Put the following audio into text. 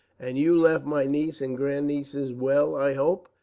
and you left my niece and grandnieces well, i hope?